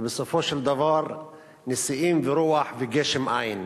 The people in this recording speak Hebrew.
ובסופו של דבר נשיאים ורוח וגשם אין.